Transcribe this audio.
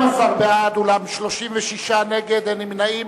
12 בעד, 36 נגד, אין נמנעים.